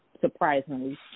surprisingly